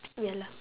ya lah